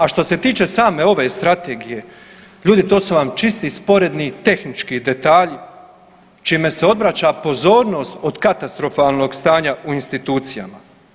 A što se tiče same ove strategije, ljudi to su vam čisti sporedni tehnički detalji čime se odvraća pozornost od katastrofalnog stanja u institucijama.